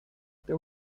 there